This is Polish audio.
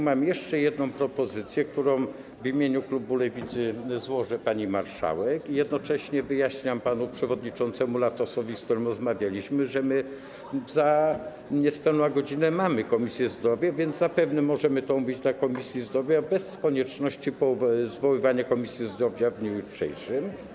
Mam jeszcze jedną propozycję, którą w imieniu klubu Lewicy złożę pani marszałek, i jednocześnie wyjaśniam panu przewodniczącemu Latosowi, z którym rozmawialiśmy, że za niespełna godzinę mamy posiedzenie Komisji Zdrowia, więc zapewne możemy to omówić w komisji teraz, bez konieczności zwoływania Komisji Zdrowia w dniu jutrzejszym.